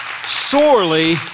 sorely